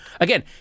Again